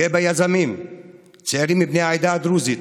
אני גאה ביזמים צעירים בני העדה הדרוזית